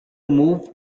move